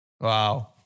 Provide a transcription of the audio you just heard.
Wow